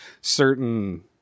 certain